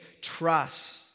trust